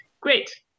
great